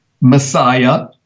Messiah